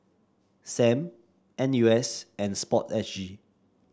Sam N U S and sport S G